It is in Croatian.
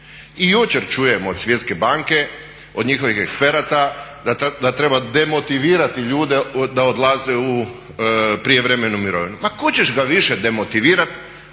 I jučer čujem od Svjetske banke, od njihovih eksperata da treba demotivirati ljude da odlaze u prijevremenu mirovinu. Ma kuda ćeš ga više demotivirati